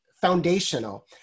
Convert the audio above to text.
foundational